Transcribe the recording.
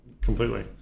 completely